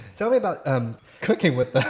tell me about um cooking with but